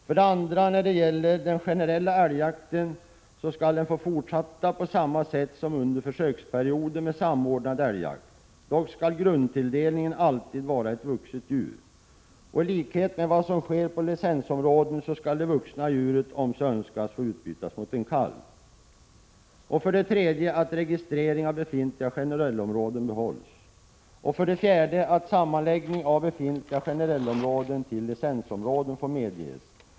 För det andra: Den generella älgjakten skall få fortsätta på samma sätt som under försöksperioden med samordnad älgjakt, dock skall grundtilldelningen alltid vara ett vuxet djur. I likhet med vad som sker på licensområden skall det vuxna djuret om så önskas få utbytas mot en kalv. För det tredje: Registrering av befintliga generellområden skall behållas. För det fjärde: Sammanläggning av befintliga generellområden till licensområden får medges.